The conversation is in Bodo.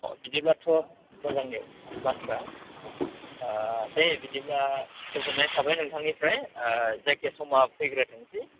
अह बिदिब्लाथ' मोजांनि बाथ्रा दे बिदिब्ला गोजोन्नाय थाबाय नोंथांनिफ्राय जायखिजाया समा फैग्रोथोंसै